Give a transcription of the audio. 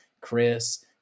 Chris